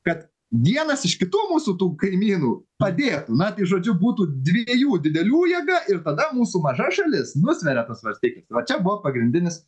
kad vienas iš kitų mūsų tų kaimynų padėtų na tai žodžiu būtų dviejų didelių jėga ir tada mūsų maža šalis nusveria tas svarstykles va čia buvo pagrindinis